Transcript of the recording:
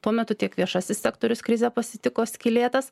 tuo metu tiek viešasis sektorius krizę pasitiko skylėtas